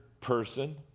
person